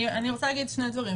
אני רוצה לומר שני דברים.